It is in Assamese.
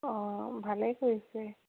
অঁ ভালেই কৰিছে